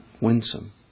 winsome